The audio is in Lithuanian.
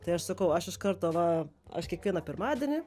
tai aš sakau aš iš karto va aš kiekvieną pirmadienį